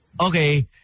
okay